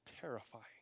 terrifying